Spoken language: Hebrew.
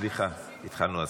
סליחה, התחלנו הצבעה.